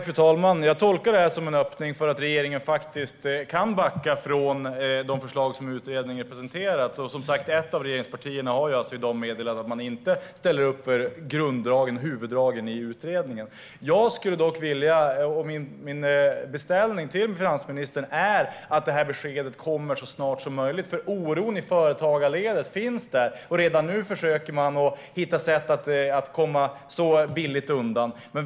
Fru talman! Jag tolkar det som en öppning - att regeringen faktiskt kan backa från de förslag som utredningen presenterat. Som sagt har också ett av regeringspartierna i dag meddelat att man inte ställer upp på grunddragen, huvuddragen, i utredningen. Jag skulle dock vilja, och min beställning till finansministern är, att det här beskedet kommer så snart som möjligt. Oron i företagarledet finns där, och redan nu försöker man hitta sätt att komma billigt undan.